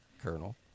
Colonel